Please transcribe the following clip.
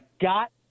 got